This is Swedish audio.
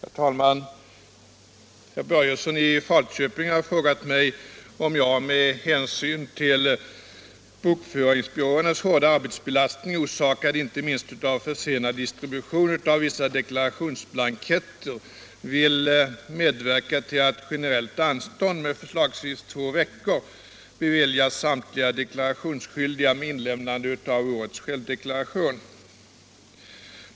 Herr talman! Herr Börjesson i Falköping har frågat mig om jag, med hänsyn till bokföringsbyråernas hårda arbetsbelastning orsakad inte minst av försenad distribution av vissa deklarationsblanketter, vill medverka till att generellt anstånd med förslagsvis två veckor beviljas samtliga deklarationsskyldiga med inlämnandet av årets självdeklaration.